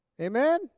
Amen